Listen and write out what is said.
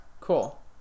cool